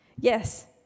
Yes